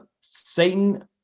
Satan